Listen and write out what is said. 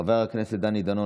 חבר הכנסת יבגני סובה,